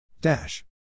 Dash